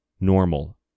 normal